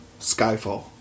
Skyfall